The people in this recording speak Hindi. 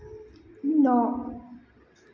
नौ